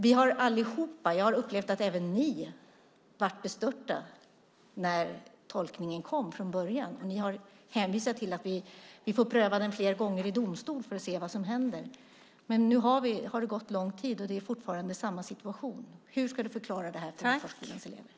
Vi blev allihop och även ni, har jag upplevt, bestörta när tolkningen kom från början, och ni har hänvisat till att vi får pröva den fler gånger i domstol för att se vad som händer. Men nu har det gått lång tid, och det är fortfarande samma situation. Hur ska du förklara detta för Hoforsskolans elever?